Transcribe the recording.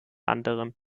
anderem